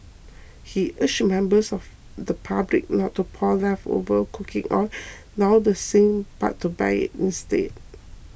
he urged members of the public not to pour leftover cooking oil down the sink but to bag it instead